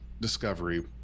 Discovery